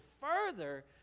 further